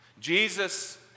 Jesus